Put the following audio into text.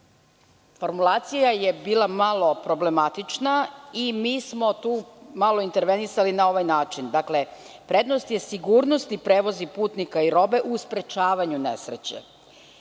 nesreće. Formulacija je bila malo problematična i mi smo tu malo intervenisali na ovaj način. Dakle, prednost je sigurnosti prevoza putnika i robe u sprečavanju nesreće. Zatim